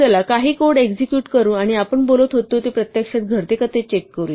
चला काही code execute करू आणि आपण बोलत होतो ते प्रत्यक्षात घडते का हे चेक करूया